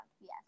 Yes